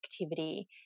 activity